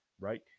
right